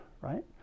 right